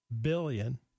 billion